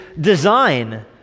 design